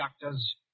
doctors